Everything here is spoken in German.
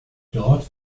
dort